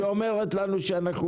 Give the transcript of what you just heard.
הממשלה היא הראשונה שאומרת לנו שאנחנו